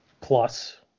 plus